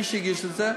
מי שהגיש את זה,